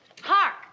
Hark